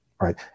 right